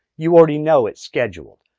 you already know it's scheduled.